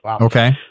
Okay